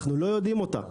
אנחנו לא יודעים אותה.